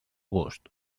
gust